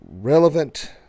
relevant